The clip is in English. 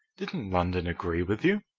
didn't london agree with you?